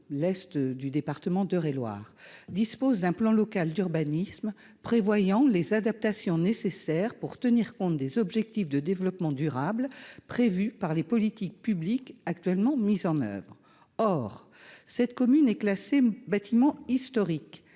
l'est du département d'Eure-et-Loir, dispose d'un plan local d'urbanisme prévoyant les adaptations nécessaires pour tenir compte des objectifs de développement durable, prévue par les politiques publiques actuellement mises en oeuvre, or cette commune est classé bâtiment historique